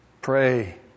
Pray